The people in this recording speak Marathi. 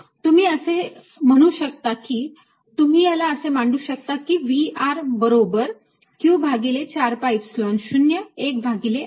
तुम्ही असे म्हणू शकता की Refer Time 0836 तुम्ही याला असे मांडू शकता की V बरोबर q भागिले 4 pi epsilon 0 1 भागिले R